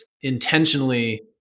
intentionally